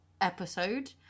episode